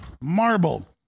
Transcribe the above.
Marble